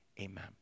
Amen